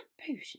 potion